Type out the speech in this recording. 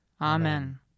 Amen